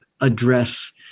address